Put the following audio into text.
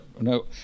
no